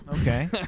Okay